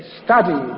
study